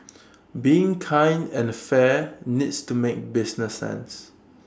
being kind and fair needs to make business sense